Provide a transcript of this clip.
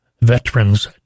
Veterans